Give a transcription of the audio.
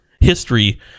history